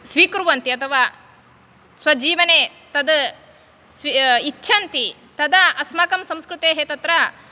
स्वीकुर्वन्ति अथवा स्वजीवने तत् इच्छन्ति तदा अस्माकं संस्कृतेः तत्र